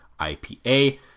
IPA